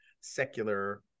secular